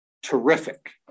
Terrific